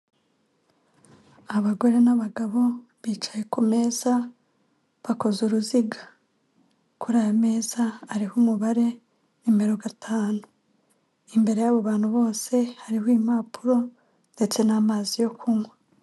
Abagore n'abagabo, bicaye kumeza bakozeza uruziga. Kuri aya meza hariho umubare nimero gatanu. Imbere yabo bantu bose hariho impapuro ndetse n'amazi yo kunywa.